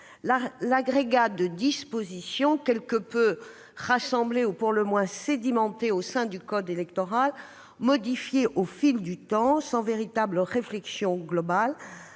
L'agrégat de dispositions pour le moins sédimentées au sein du code électoral, modifiées au fil du temps sans véritable réflexion globale,